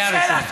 רק שאלה.